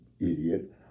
idiot